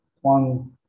One